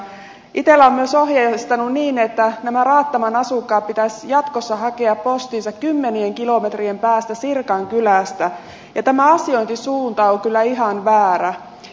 itella on myös ohjeistanut niin että näiden raattaman asukkaiden pitäisi jatkossa hakea postinsa kymmenien kilometrien päästä sirkan kylästä ja tämä asiointisuunta on kyllä ihan väärä